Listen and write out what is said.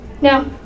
Now